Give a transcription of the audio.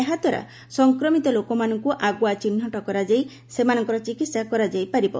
ଏହାଦ୍ୱାରା ସଂକ୍ରମିତ ଲୋକମାନଙ୍କୁ ଆଗୁଆ ଚିହ୍ନଟ କରାଯାଇ ସେମାନଙ୍କର ଚିକିତ୍ସା କରାଯାଇ ପାରିବ